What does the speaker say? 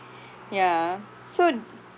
yeah so